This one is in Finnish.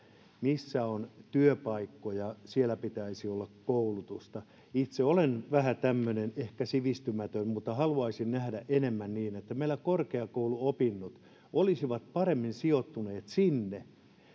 missä on työpaikkoja siellä pitäisi olla koulutusta itse olen vähän tämmöinen ehkä sivistymätön mutta haluaisin nähdä enemmän niin että meillä korkeakouluopinnot olisivat paremmin sijoittuneet sinne